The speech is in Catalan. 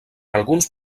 alguns